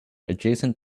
adjacent